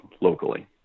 locally